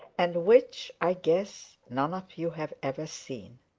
and which, i guess, none of you have ever seen.